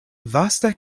vaste